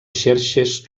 xerxes